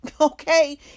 Okay